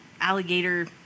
alligator